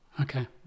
Okay